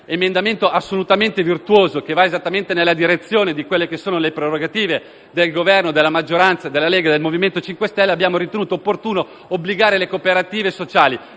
emendamento assolutamente virtuoso che va esattamente nella direzione delle prerogative del Governo e della maggioranza della Lega e del MoVimento 5 Stelle, abbiamo ritenuto opportuno obbligare le cooperative sociali,